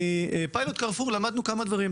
מפיילוט קרפור למדנו כמה דברים.